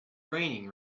raining